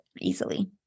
easily